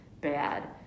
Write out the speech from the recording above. bad